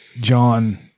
John